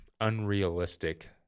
unrealistic